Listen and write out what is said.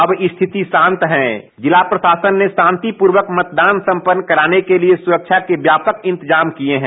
अब स्थिति शांत है और जिला प्रशासन ने शांतिपूर्वक मतदान कराने के लिए सुरक्षा के व्यापक इंतजाम किये हैं